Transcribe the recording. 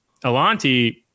Alanti